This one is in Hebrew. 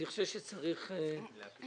אני חושב שצריך להגיד